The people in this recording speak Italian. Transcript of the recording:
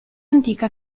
antica